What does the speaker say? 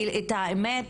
כי את האמת,